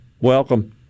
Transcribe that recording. welcome